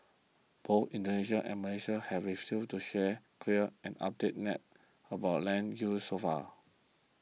both Indonesia and Malaysia have refused to share clear and updated maps about land use so far